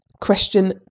Question